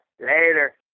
later